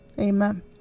amen